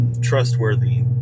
trustworthy